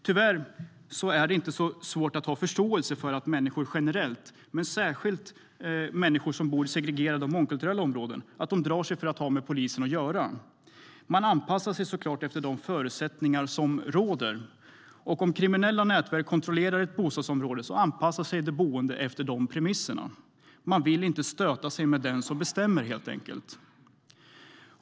Tyvärr är det inte så svårt att ha förståelse för att människor generellt, och särskilt människor som bor i segregerade och mångkulturella områden, drar sig för att ha med polisen att göra. Man anpassar sig såklart efter de förutsättningar som råder. Om kriminella nätverk kontrollerar ett bostadsområde anpassar sig de boende efter de premisserna. Man vill helt enkelt inte stöta sig med den som bestämmer.